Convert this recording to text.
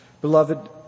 Beloved